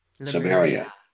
Samaria